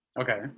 Okay